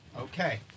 Okay